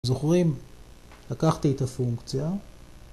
זוכרים, לקחתי את הפונקציה